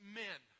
men